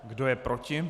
Kdo je proti?